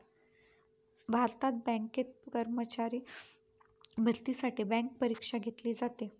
भारतात बँकेत कर्मचारी भरतीसाठी बँक परीक्षा घेतली जाते